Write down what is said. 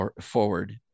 forward